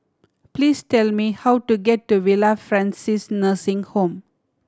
please tell me how to get to Villa Francis Nursing Home